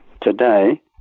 Today